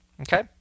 Okay